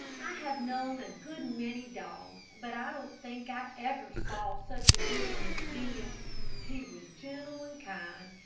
i have known a good many dogs, but i don't think i ever saw such a good one as jim. he was gentle and kind,